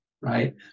right